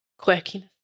quirkiness